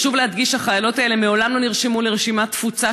חשוב להדגיש שהחיילות האלה מעולם לא נרשמו לרשימת תפוצה